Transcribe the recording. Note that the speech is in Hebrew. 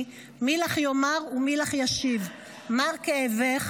/ מי לך יאמר ומי לך ישיב / מר כאבך,